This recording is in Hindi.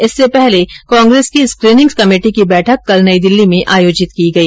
इससे पहले कांग्रेस की स्कीनिंग कमेटी की बैठक कल नई दिल्ली में आयोजित की गई